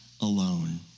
alone